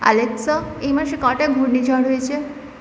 Alexa এই মাসে কটা ঘূর্ণিঝড় হয়েছে